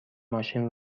ماشین